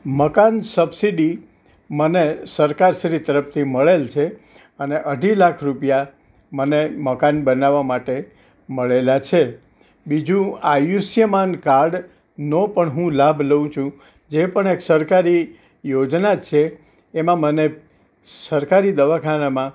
મકાન સબસિડી મને સરકારશ્રી તરફથી મળેલ છે અને અઢી લાખ રૂપિયા મને મકાન બનાવવા માટે મળેલા છે બીજું આયુષ્યમાન કાર્ડ નો પણ હું લાભ લઉં છું જે પણ એક સરકારી યોજના જ છે એમાં મને સરકારી દવાખાનામાં